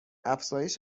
افزایش